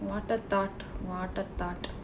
what a thought what a thought